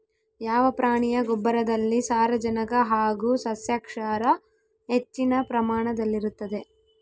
ಯಾವ ಪ್ರಾಣಿಯ ಗೊಬ್ಬರದಲ್ಲಿ ಸಾರಜನಕ ಹಾಗೂ ಸಸ್ಯಕ್ಷಾರ ಹೆಚ್ಚಿನ ಪ್ರಮಾಣದಲ್ಲಿರುತ್ತದೆ?